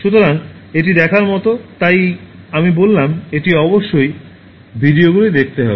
সুতরাং এটি দেখার মতো তাই আমি বললাম এটি অবশ্যই ভিডিওগুলি দেখতে হবে